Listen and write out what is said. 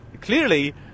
clearly